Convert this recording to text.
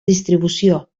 distribució